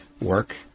work